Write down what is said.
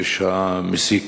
"חופש המסיק".